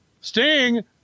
Sting